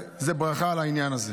זו ברכה לעניין הזה.